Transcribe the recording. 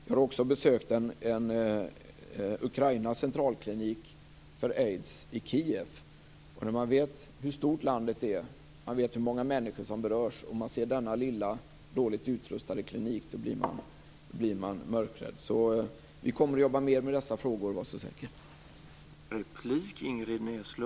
Jag har också besökt Ukrainas centralklinik för aids i Kijev. När man vet hur stort det landet är, hur många människor som berörs, och ser denna lilla, dåligt utrustade klinik, då blir man mörkrädd. Så vi kommer att jobba mer med dessa frågor, var så säkra.